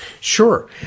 Sure